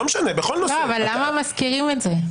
למה מזכירים את זה?